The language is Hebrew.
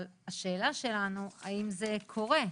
אבל השאלה שלנו היא האם זה קורה?